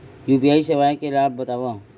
UPI सेवाएं के लाभ बतावव?